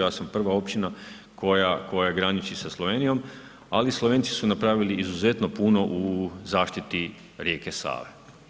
Ja sam prva općina koja graniči sa Slovenijom, ali Slovenci su napravili izuzetno puno u zaštiti rijeke Save.